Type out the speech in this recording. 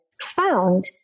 found